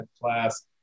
class